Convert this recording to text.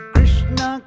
Krishna